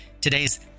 Today's